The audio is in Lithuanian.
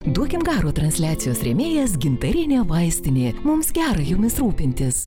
duokim garo transliacijos rėmėjas gintarinė vaistinė mums gera jumis rūpintis